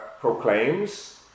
proclaims